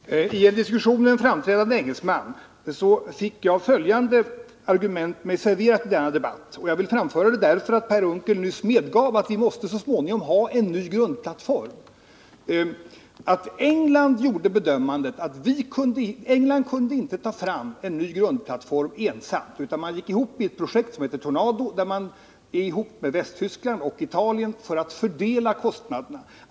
Herr talman! I en diskussion med en framskjuten engelsman fick jag höra följande argument —-jag framför det här, eftersom Per Unckel nyss medgav att vi måste ha en ny grundplattform: England har gjort bedömningen att man inte ensam kan ta fram en ny grundplattform, utan man har gått in i ett projekt som heter Tornado tillsammans med Västtyskland och Italien för att fördela kostnaderna.